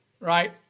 right